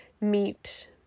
meet